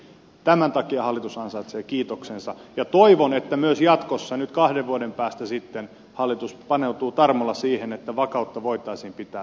tämän takia hallitus ansaitsee kiitoksensa ja toivon että myös jatkossa nyt kahden vuoden päästä sitten hallitus paneutuu tarmolla siihen että vakautta voitaisiin pitää yllä työmarkkinoilla